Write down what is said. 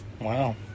Wow